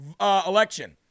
election